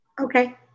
Okay